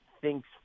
thinks